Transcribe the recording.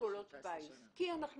אשכולות פיס, כי זה